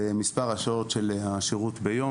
זה מספר השעות של השירות ביום.